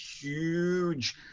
huge